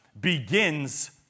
begins